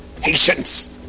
patience